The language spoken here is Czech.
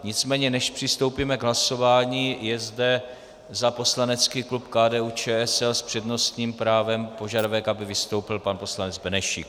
Nicméně než přistoupíme k hlasování, je zde za poslanecký klub KDUČSL s přednostním právem požadavek, aby vystoupil pan poslanec Benešík.